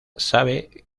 sabe